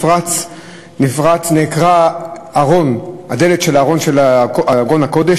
נעקרה דלת ארון הקודש,